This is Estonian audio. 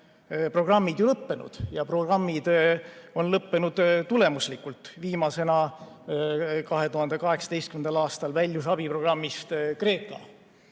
programmid lõppenud – ja programmid on lõppenud tulemuslikult. Viimasena, 2018. aastal väljus abiprogrammist Kreeka.